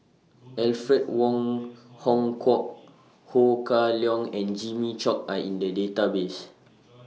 Alfred Wong Hong Kwok Ho Kah Leong and Jimmy Chok Are in The Database